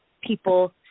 people